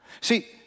See